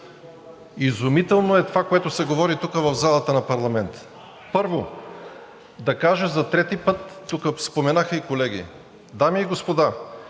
изумително е това, което се говори тук, в залата на парламента. Първо, да кажа за трети път. Тук споменаха и колеги. Дами и господа,